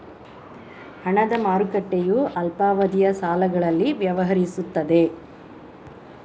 ಹಣದ ಮಾರುಕಟ್ಟೆಯು ಅಲ್ಪಾವಧಿಯ ಸಾಲಗಳಲ್ಲಿ ವ್ಯವಹರಿಸುತ್ತದೆ